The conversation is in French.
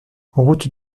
route